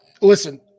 listen